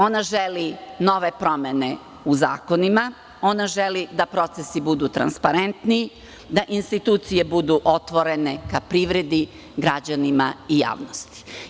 Ona želi nove promene u zakonima, želi da procesi budu transparentniji, da institucije budu otvorene ka privredi, građanima i javnosti.